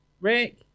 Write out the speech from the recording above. rick